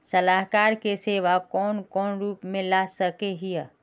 सलाहकार के सेवा कौन कौन रूप में ला सके हिये?